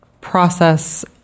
process